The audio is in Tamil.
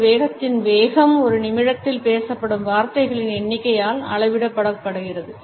ஒரு வேகத்தின் வேகம் ஒரு நிமிடத்தில் பேசப்படும் வார்த்தைகளின் எண்ணிக்கையால் அளவிடப்படுகிறது